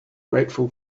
grateful